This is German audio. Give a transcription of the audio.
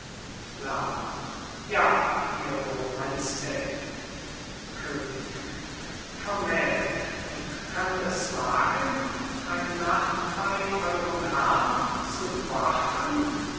lerma ja ihre majestät könig vermählt und könnt es wagen eine nacht bei eurem herrn zu wachen